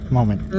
moment